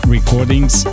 Recordings